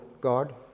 God